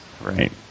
Right